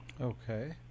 Okay